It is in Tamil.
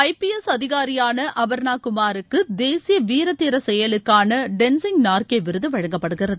ஐபிஎஸ் அதிகாரியான அபர்னா குமாருக்கு தேசிய வீர தீர செயலுக்கான டென்சிங் நார்கே விருது வழங்கப்படுகிறது